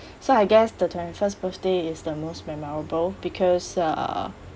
so I guess the twenty-first birthday is the most memorable because uh